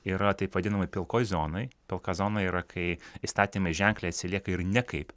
yra taip vadinamoj pilkoj zonoj pilka zona yra kai įstatymai ženkliai atsilieka ir nekaip